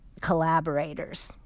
collaborators